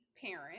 parent